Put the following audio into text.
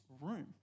room